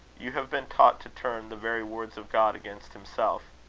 you have been taught to turn the very words of god against himself.